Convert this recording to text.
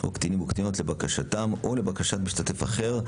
או קטינים או קטינות לבקשתם או לבקשת משתתף אחר,